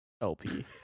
LP